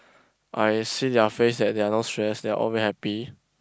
I see their face that they are not stress they're all very happy